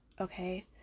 okay